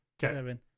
Seven